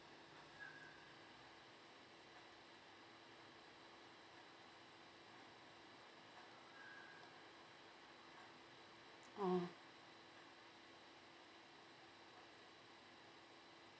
oh